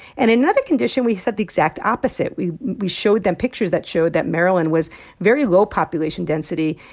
and another condition, we said the exact opposite. we we showed them pictures that showed that maryland was very low population density.